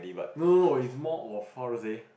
no no no it's more of how to say